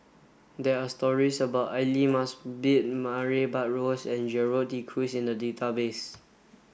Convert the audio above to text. there are stories about Aidli Mosbit Murray Buttrose and Gerald De Cruz in the database